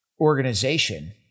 organization